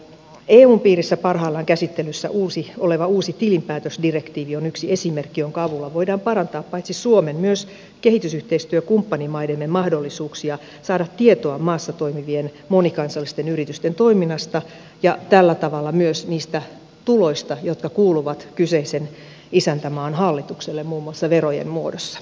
eun piirissä parhaillaan käsittelyssä oleva uusi tilinpäätösdirektiivi on yksi esimerkki jonka avulla voidaan parantaa paitsi suomen myös kehitysyhteistyökumppanimaidemme mahdollisuuksia saada tietoa maassa toimivien monikansallisten yritysten toiminnasta ja tällä tavalla myös niistä tuloista jotka kuuluvat kyseisen isäntämaan hallitukselle muun muassa verojen muodossa